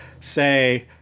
say